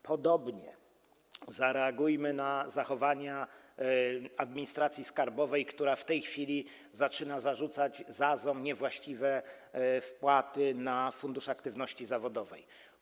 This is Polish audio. Podobnie zareagujmy na zachowania administracji skarbowej, która w tej chwili zaczyna zarzucać ZAZ-om niewłaściwe wpłaty na fundusz aktywności zawodowej.